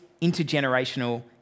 intergenerational